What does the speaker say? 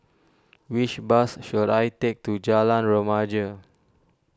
which bus should I take to Jalan Remaja